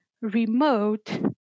remote